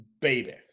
baby